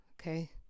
Okay